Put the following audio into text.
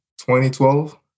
2012